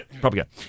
propaganda